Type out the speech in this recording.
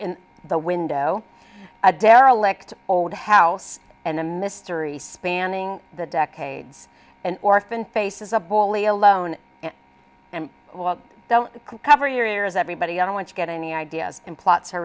in the window a derelict old house and a mystery spanning the decades and orphan faces a bully alone and while i don't cover your ears everybody i don't want to get any ideas and plots her